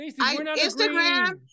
instagram